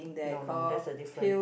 no no that's the different